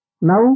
now